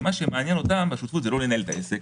ומה שמעניין אותם בשותפות זה לא לנהל את העסק,